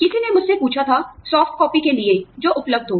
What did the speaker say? किसी ने मुझसे पूछा था सॉफ्टकॉपी के लिए जो उपलब्ध हो